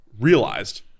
realized